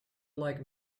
like